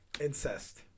Incest